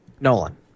Nolan